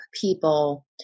people